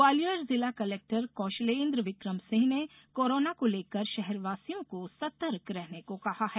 ग्वालियर जिला कलेक्टर कौषलेन्द्र विक्रम सिंह ने कोरोना को लेकर शहरवासियों को सतर्क रहने को कहा है